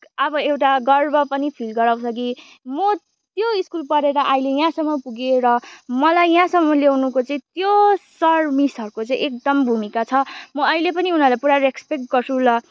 अब एउटा गर्व पनि फिल गराउँछ कि म त्यो स्कुल पढेर अहिले यहाँसम्म पुगेँ र मलाई यहाँसम्म ल्याउनुको चाहिँ त्यो सर मिसहरूको चाहिँ एकदम भूमिका छ म अहिले पनि उनीहरूलाई पुरा रेस्पेक्ट गर्छु ल